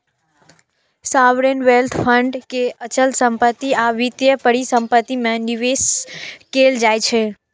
sovereign wealth fund के अचल संपत्ति आ वित्तीय परिसंपत्ति मे निवेश कैल जाइ छै